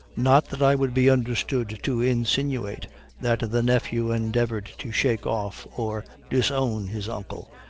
not that i would be understood to insinuate that the nephew endeavored to shake off or disown his uncle,